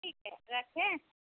ठीक है रखें